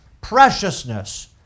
preciousness